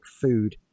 food